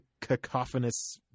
Cacophonous